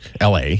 LA